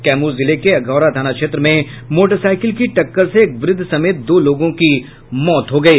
कैमूर जिले के अधौरा थाना क्षेत्र में मोटरसाइकिल की टक्कर से एक वृद्ध समेत दो लोगों की मौत हो गयी